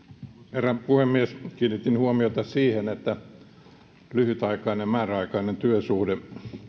herra puhemies kiinnitin huomiota siihen että lyhytaikainen määräaikainen työsuhde